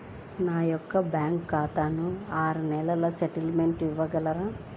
నా యొక్క బ్యాంకు ఖాతా ఆరు నెలల స్టేట్మెంట్ ఇవ్వగలరా?